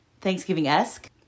Thanksgiving-esque